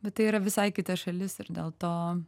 bet tai yra visai kita šalis ir dėl to